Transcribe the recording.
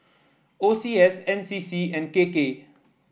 O C S N C C and K K